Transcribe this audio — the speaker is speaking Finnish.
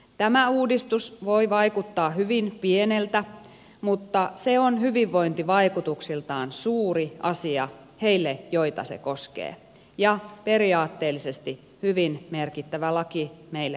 tämä uudistus voi vaikuttaa hyvin pieneltä mutta se on hyvinvointivaikutuksiltaan suuri asia niille joita se koskee ja periaatteellisesti hyvin merkittävä laki meille kaikille